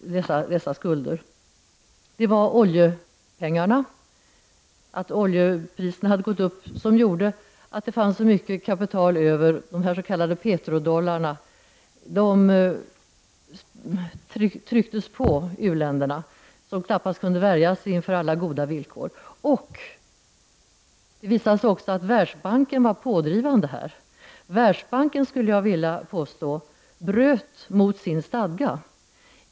Det var de höjda oljepriserna som gjorde att det fanns så mycket kapital över. De s.k. petrodollarna tvingades på u-länderna som knappast kunde värja sig inför alla goda villkor. Det visade sig också att Världsbanken var pådrivande här. Jag skulle vilja påstå att Världsbanken bröt mot sin stadga.